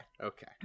Okay